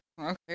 okay